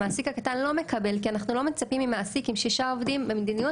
המעסיק הקטן לא מקבל כי אנחנו לא מצפים ממעסיק עם שישה עובדים במדיניות,